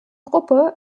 gruppe